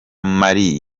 mali